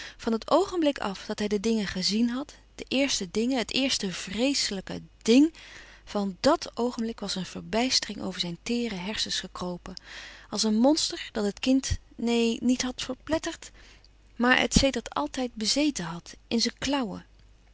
van het oogenblik af dat hij de dingen gezién had de eerste dingen het eerste vreeselijke dng van dàt oogenblik was een verbijstering over zijn teêre hersens gekropen als een monster dat het kind neen niet had verpletterd maar het sedert altijd bezeten had in zijn